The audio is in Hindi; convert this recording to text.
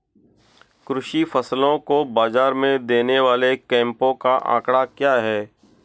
कृषि फसलों को बाज़ार में देने वाले कैंपों का आंकड़ा क्या है?